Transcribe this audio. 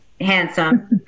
handsome